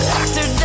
Doctor